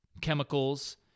chemicals